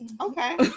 Okay